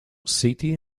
city